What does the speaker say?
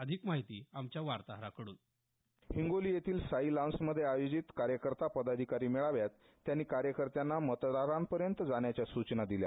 अधिक माहिती देत आहेत आमचे वार्ताहर हिंगोली येथील साई लॉन्समध्ये आयोजित कार्यकर्ता पदाधिकारी मेळाव्यात त्यांनी कार्यकर्त्यांना मतदारांपर्यंत जाण्याच्या सूचना दिल्या